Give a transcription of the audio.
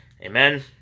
Amen